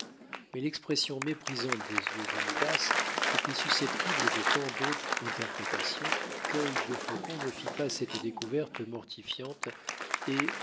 mais l'expression méprisante des yeux d'uncas était susceptible de tant d'autres interprétations quœil de faucon ne fit pas cette découverte mortifiante et